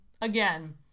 again